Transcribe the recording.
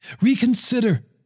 Reconsider